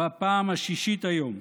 בפעם השישית היום: